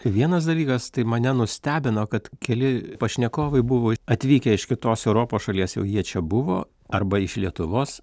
vienas dalykas tai mane nustebino kad keli pašnekovai buvo atvykę iš kitos europos šalies jau jie čia buvo arba iš lietuvos